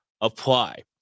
apply